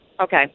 Okay